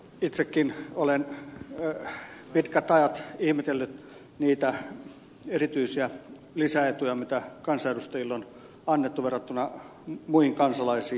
itsekin olen pitkät ajat ihmetellyt niitä erityisiä lisäetuja mitä kansanedustajille on annettu verrattuna muihin kansalaisiin